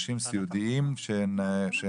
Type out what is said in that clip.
לאנשים סיעודיים.